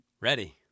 Ready